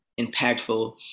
impactful